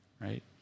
right